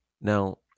Now